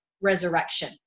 resurrection